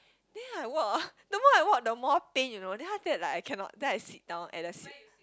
then I walk hor the more I walk the more pain you know then after that like I cannot then I sit down at the sit